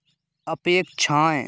अपेक्षाएँ